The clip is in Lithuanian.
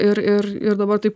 ir ir ir dabar taip